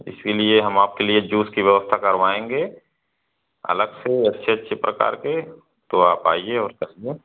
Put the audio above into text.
इसलिए हम आपके लिए जूस की व्यवस्था करवाएँगे अलग से अच्छे अच्छे प्रकार के तो आप आइए और करिए